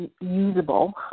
usable